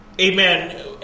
amen